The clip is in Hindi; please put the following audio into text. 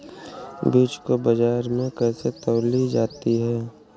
बीज को बाजार में कैसे तौली जाती है?